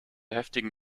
heftigen